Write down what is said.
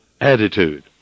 attitude